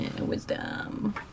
Wisdom